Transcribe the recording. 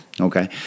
Okay